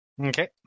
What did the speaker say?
Okay